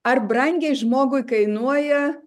ar brangiai žmogui kainuoja